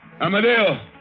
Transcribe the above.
Amadeo